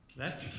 that's